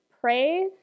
pray